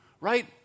right